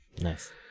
nice